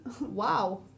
wow